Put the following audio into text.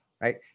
right